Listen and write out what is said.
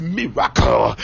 miracle